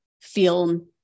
feel